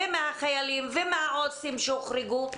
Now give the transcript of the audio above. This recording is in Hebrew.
מהחיילים ומהעו"סים שהוחרגו?